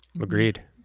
agreed